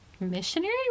missionary